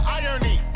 irony